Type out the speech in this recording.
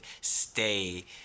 stay